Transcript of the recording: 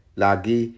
lagi